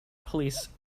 police